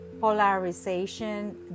polarization